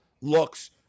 looks